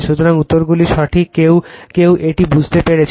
সুতরাং উত্তরগুলি সঠিক কেউ কেউ এটি বুঝতে পেরেছেন